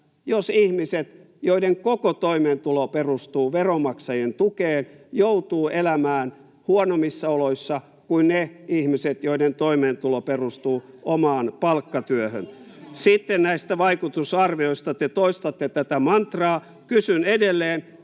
jos ihmiset, joiden koko toimeentulo perustuu veronmaksajien tukeen, joutuvat elämään huonommissa oloissa kuin ne ihmiset, joiden toimeentulo perustuu omaan palkkatyöhön? Sitten näistä vaikutusarvioista — te toistatte tätä mantraa. Kysyn edelleen: